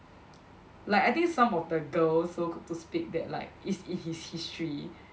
like I think some of the girls so to speak that like is in his history